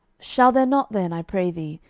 shall there not then, i pray thee,